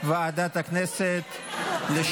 ועדת החוץ והביטחון.